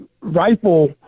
rifle